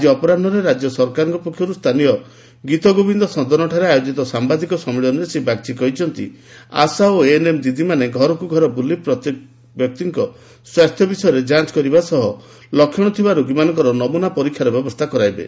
ଆକି ଅପରାହ୍ବରେ ରାକ୍ୟ ସରକାରଙ୍କ ପକ୍ଷରୁ ସ୍ଥାନୀୟ ଗୀତଗୋବିନ୍ଦ ସଦନ ଠାରେ ଆୟୋକିତ ସାମ୍ଘାଦିକ ସମ୍ମିଳନୀରେ ଶ୍ରୀ ବାଗ୍ଚୀ କହିଛନ୍ତି ଆଶା ଓ ଏଏନଏମ ଦିଦିମାନେ ଘରକୁ ଘର ବୁଲି ପ୍ରତ୍ୟେକ ବ୍ୟକ୍ତିର ସ୍ୱାସ୍ଥ୍ୟ ବିଷୟରେ ଯାଞ କରିବା ସହ ଲକ୍ଷଣ ଥିବା ବ୍ୟକ୍ତିମାନଙ୍କର ନମୁନା ପରୀକ୍ଷାର ବ୍ୟବସ୍ଚା କରାଇବେ